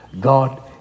God